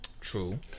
True